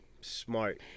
Smart